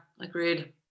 agreed